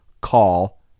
call